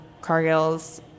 Cargill's